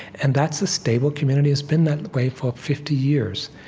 and that's a stable community. it's been that way for fifty years.